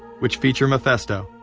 which feature mephisto.